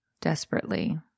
Desperately